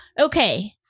Okay